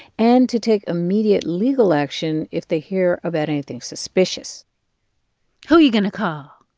and to take immediate legal action if they hear about anything suspicious who are you going to call?